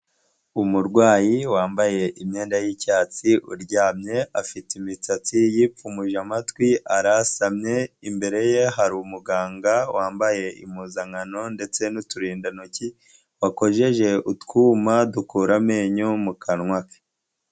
Umurwayi wambaye imyenda y'icyatsi, uryamye, afite imisatsi, yipfumuje amatwi, arasamye, imbere ye hari umuganga wambaye impuzankano ndetse n'uturindantoki, wakojeje utwuma dukura amenyo mu kanwa ke.